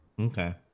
Okay